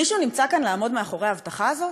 מישהו נמצא כאן לעמוד מאחורי ההבטחה הזאת?